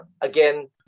Again